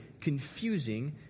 confusing